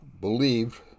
believed